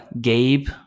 Gabe